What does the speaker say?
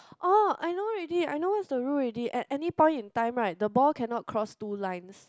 oh I know already I know what's the rule already at any point in time right the ball cannot cross two lines